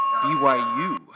BYU